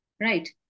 Right